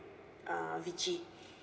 uh vichy